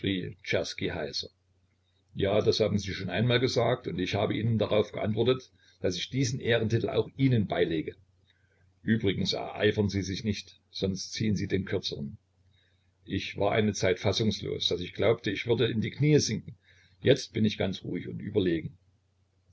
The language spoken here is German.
ja das haben sie schon einmal gesagt und ich habe ihnen darauf geantwortet daß ich diesen ehrentitel auch ihnen beilege übrigens ereifern sie sich nicht sonst ziehen sie den kürzeren ich war eine zeit so fassungslos daß ich glaubte ich würde in die knie sinken jetzt bin ich ganz ruhig und überlegen